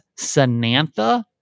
Sanantha